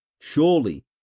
Surely